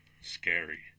Scary